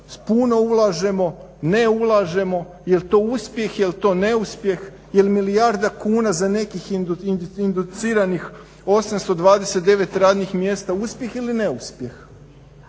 puno ulažemo, ne ulažemo, je li to uspjeh, je li to neuspjeh, je li milijarda kuna za nekih induciranih 829 radnih mjesta uspjeh ili neuspjeh?